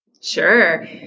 Sure